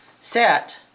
set